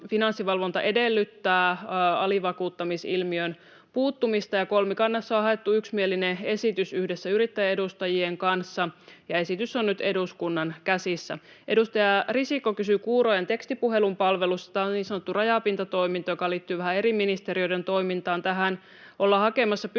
Finanssivalvonta edellyttää alivakuuttamisilmiöön puuttumista, ja kolmikannassa on haettu yksimielinen esitys yhdessä yrittäjäedustajien kanssa, ja esitys on nyt eduskunnan käsissä. Edustaja Risikko kysyi kuurojen tekstipuhelupalvelusta, joka on niin sanottu rajapintatoiminta, joka liittyy vähän eri ministeriöiden toimintaan. Tähän ollaan hakemassa pysyvää